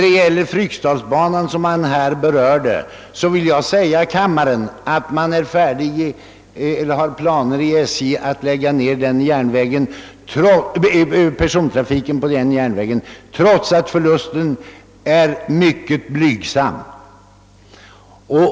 Beträffande Fryksdalsbanan, som herr Turesson berörde, vill jag tala om för kammaren att SJ har planer på att lägga ned persontrafiken på den banan trots att den förlust den medför är mycket blygsam.